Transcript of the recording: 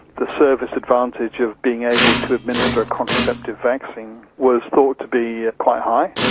the service advantage of being able to administer a contraceptive vaccine was thought to be quite high,